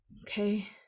Okay